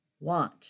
want